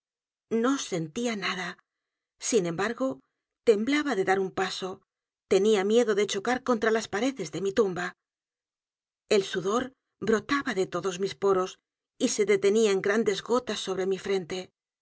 b a r g o temblaba de dar un paso tenía miedo de chocar contra las paredes de mi tumba el sudor brotaba de todos mis poros y el pozo y el péndulo se detenía en gruesas gotas sobre mi frente